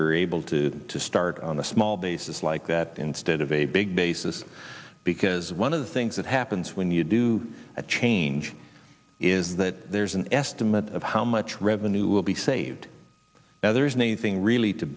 were able to to start on a small basis like that instead of a big basis because one of the things that happens when you do a change is that there's an estimate of how much revenue will be saved now there isn't anything really to